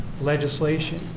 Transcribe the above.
legislation